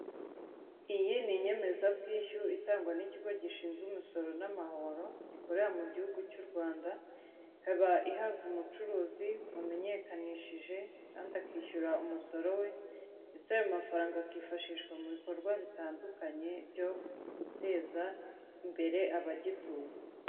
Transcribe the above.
Iyi ni inyemezabwishyu itangwa n'Ikigo gishinzwe Umusoro n'Amahoro, gikorera mu Gihugu cy'u Rwanda, ikaba ihabwa umucuruzi wamenyekanishije kandi akishyura umusoro we ndetse ayo mafaranga akifashishwa mu bikorwa bitandukanye byo guteza imbere abagituye.